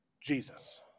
Jesus